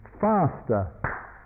faster